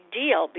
deal